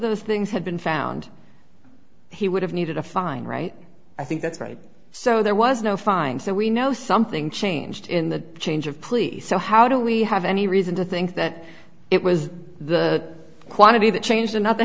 those things had been found he would have needed a fine right i think that's right so there was no find so we know something changed in the change of police so how do we have any reason to think that it was the quantity that changed an